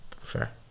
Fair